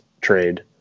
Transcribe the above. trade